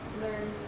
learn